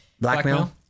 blackmail